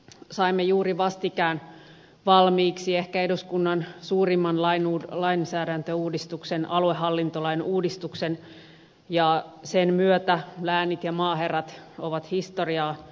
saimme juuri vastikään valmiiksi ehkä eduskunnan suurimman lainsäädäntöuudistuksen aluehallintolain uudistuksen ja sen myötä läänit ja maaherrat ovat historiaa